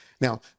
Now